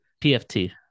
PFT